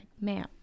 ma'am